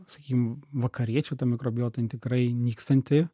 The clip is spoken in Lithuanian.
sakykim vakariečių ta mikrobiota jin tikrai nykstanti